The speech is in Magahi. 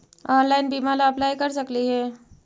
ऑनलाइन बीमा ला अप्लाई कर सकली हे?